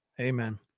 Amen